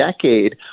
decade